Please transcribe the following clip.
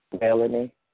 Melanie